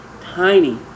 tiny